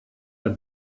der